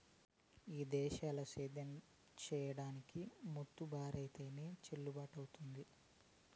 ఈ దేశంల సేద్యం చేసిదానికి మోతుబరైతేనె చెల్లుబతవ్వుతాది